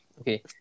Okay